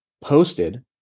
posted